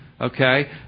okay